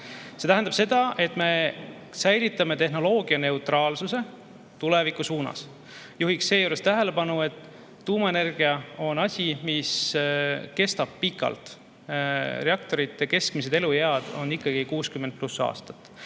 See tähendab, et me säilitame tehnoloogianeutraalsuse tuleviku suunas. Juhin seejuures tähelepanu, et tuumaenergia on asi, mis kestab pikalt. Reaktorite keskmine eluiga on ikkagi 60+ aastat.